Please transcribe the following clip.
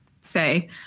say